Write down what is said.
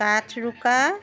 কাঠৰোকা